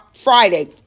Friday